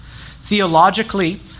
Theologically